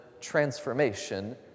transformation